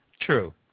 True